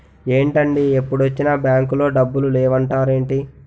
ఏంటండీ ఎప్పుడొచ్చినా బాంకులో డబ్బులు లేవు అంటారేంటీ?